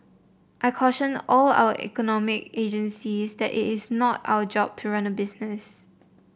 I caution all our economic agencies that it is not our job to run business